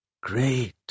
Great